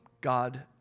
God